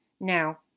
Now